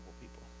people